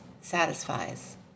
Satisfies